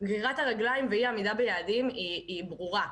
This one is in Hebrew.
גרירת הרגליים ואי-עמידה ביעדים היא ברורה.